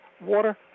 water